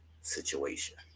situation